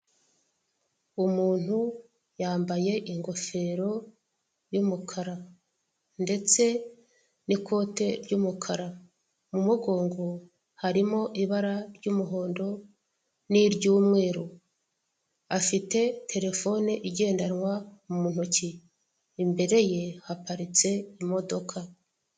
Umuntu yambaye ingofero y'umukara ndetse n'ikote ry'umukara, mu mugongo harimo ibara ry'umuhondo niry'umweru afite terefone igendanwa mu ntoki, imbere ye haparitse imodoka.